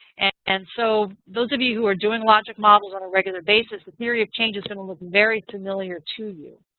and so those of you who are doing logic models on a regular basis, the theory of change is going to look very familiar to you.